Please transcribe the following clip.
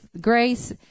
grace